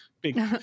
big